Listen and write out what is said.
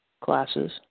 classes